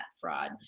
fraud